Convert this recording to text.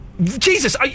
Jesus